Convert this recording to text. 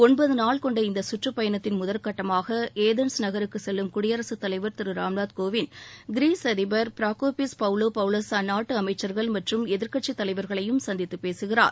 ஒன்பது நாள் கொண்ட இந்த சுற்றுப் பயணத்தின் முதற்கட்டமாக ஏதன்ஸ் நகருக்கு செல்லும் குடியரசு தலைவர் திரு ராம்நாத் கோவிந்த் கிரீஸ் அதிபர் பிரோகோபிஸ் பவ்லோபவுலஸ் அந்நாட்டு அமைச்சர்கள் மற்றும் எதிர்கட்சி தலைவர்களையும் சந்தித்து பேசுகிறார்